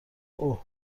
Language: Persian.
اوه